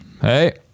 Hey